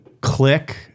Click